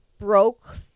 broke